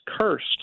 cursed